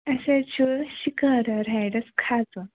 اَسہِ حظ چھُ شِکارہ رایڈَس کھَسُن